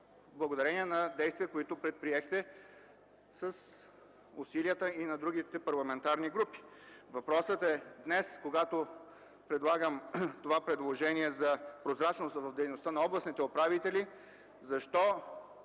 благодарение на действия, които предприехте, с усилията и на другите парламентарни групи. Въпросът е: днес, когато правя това предложение за прозрачност в дейността на областните управители, защо